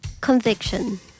Conviction